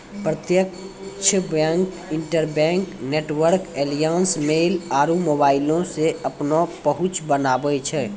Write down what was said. प्रत्यक्ष bank, interbank network alliance, mail आरु मोबाइलो से अपनो पहुंच बनाबै छै